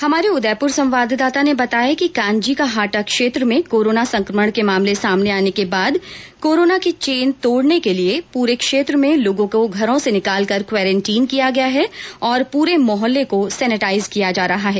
हमारे उदयपुर संवाददाता ने बताया कि कानजी का हाटा क्षेत्र में कोरोना संक्रमण के मामले आने के बाद कोरोना की चैन तोड़ने के लिए पूरे क्षेत्र में लोगों को घरों से निकालकर क्वारेंटीन किया गया है और पूर मोहल्ले को सैनेटाइज किया जा रहा है